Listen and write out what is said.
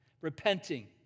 Repenting